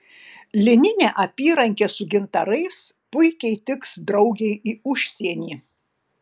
lininė apyrankė su gintarais puikiai tiks draugei į užsienį